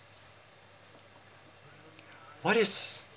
what is